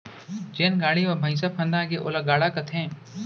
जेन गाड़ी म भइंसा फंदागे ओला गाड़ा कथें